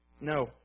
No